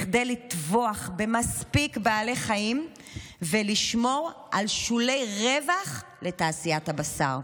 כדי לטבוח מספיק בעלי חיים ולשמור על שולי רווח לתעשיית הבשר.